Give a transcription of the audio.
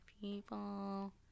people